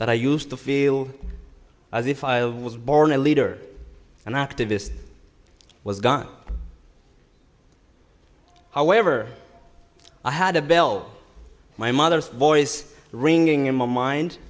that i used to feel as if i was born a leader and activist was gone however i had a bell my mother's voice ringing in my mind